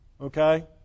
Okay